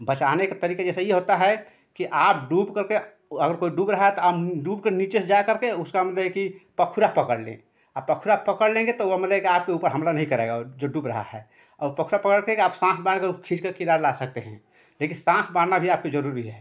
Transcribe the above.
बचाने के तरीके जैसे यह होता है कि आप डूब कर के अगर कोई डूब रहा है तो आप डूब के नीचे से जाकर के उसका मतलब कि पखुरा पकड़ लें पखुरा पकड़ लेंगे तो वह मतलब कि आपके ऊपर हमला नहीं करेगा जो डूब रहा है और पखुरा पकड़ कर आप साँस बाँध कर उसको खींचकर किनारे ला सकते हैं लेकिन साँस बाँधना भी आपके जरूरी है